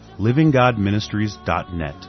livinggodministries.net